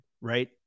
Right